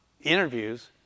interviews